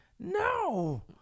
No